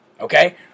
okay